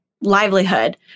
livelihood